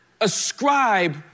ascribe